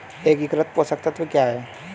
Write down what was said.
एकीकृत पोषक तत्व क्या है?